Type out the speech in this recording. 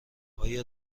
آیا